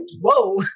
whoa